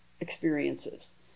experiences